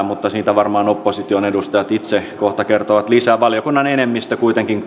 mutta siitä varmaan opposition edustajat itse kohta kertovat lisää valiokunnan enemmistö kuitenkin